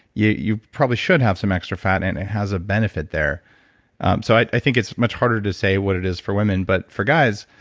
yeah you probably should have some extra fat and it has a benefit there so i think it's much harder to say what it is for women but for guys,